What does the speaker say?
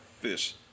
Fish